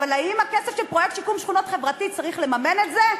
אבל האם הכסף של פרויקט שיקום שכונות חברתי צריך לממן את זה?